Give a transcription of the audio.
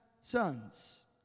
sons